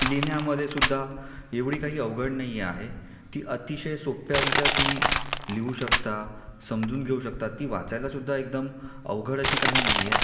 लिहिण्यामधेसुद्धा एवढी काही अवघड नाही आहे ती अतिशय सोप्या रित्या तुम्ही लिहू शकता समजून घेऊ शकता ती वाचायलासुद्धा एकदम अवघड अशी काही नाही आहे